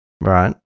Right